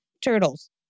Turtles